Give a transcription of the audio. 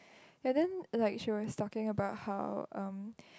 ya then like she was talking about how um